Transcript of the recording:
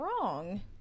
wrong